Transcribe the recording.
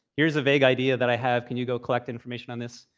here's a vague idea that i have. can you go collect information on this?